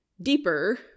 deeper